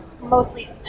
Mostly